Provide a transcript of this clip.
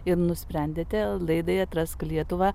ir nusprendėte laidai atrask lietuvą